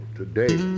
today